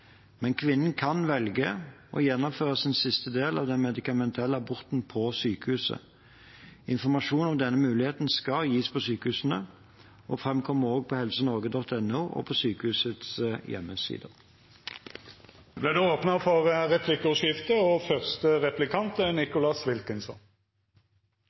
Men kvinnen kan velge å gjennomføre siste del av den medikamentelle aborten på sykehuset. Informasjon om denne muligheten skal gis på sykehusene og framkommer også på helsenorge.no og på sykehusets hjemmeside. Det vert replikkordskifte. Hele komiteen vil stemme for to viktige forslag fra SV. Det ene er